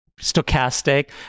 stochastic